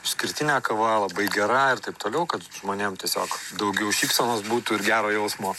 išskirtinė kava labai gera ir taip toliau kad žmonėm tiesiog daugiau šypsenos būtų ir gero jausmo